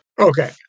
Okay